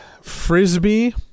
Frisbee